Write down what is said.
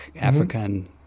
African